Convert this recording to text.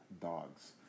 dogs